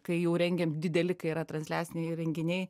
kai jau rengiam dideli kai yra transliaciniai renginiai